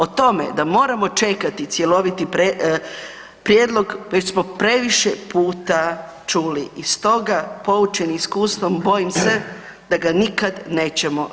O tome da moramo čekati cjeloviti prijedlog, već smo previše puta čuli i stoga poučeni iskustvom, bojim se da ga nikad nećemo vidjeti.